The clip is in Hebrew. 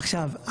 עכשיו,